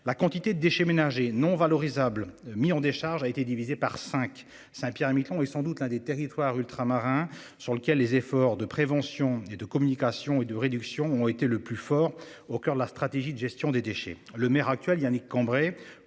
La quantité de déchets ménagers non valorisables mis en décharge a été divisé par 5 Saint-Pierre-et-Miquelon et Miquelon est sans doute l'un des territoires ultramarins sur lequel les efforts de prévention et de communication et de réduction ont été le plus fort au coeur de la stratégie de gestion des déchets, le maire actuel il Yannick Cambray,